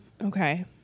okay